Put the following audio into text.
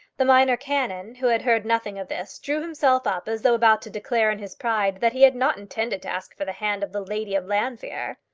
the minor canon, who had heard nothing of this, drew himself up as though about to declare in his pride that he had not intended to ask for the hand of the lady of llanfeare.